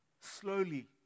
slowly